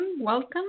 welcome